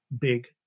big